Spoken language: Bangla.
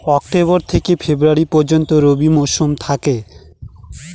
অক্টোবর থেকে ফেব্রুয়ারি পর্যন্ত রবি মৌসুম থাকে